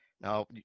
Now